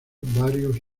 varios